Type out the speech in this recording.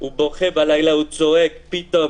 הוא בוכה בלילה, הוא צועק פתאום.